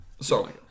Sorry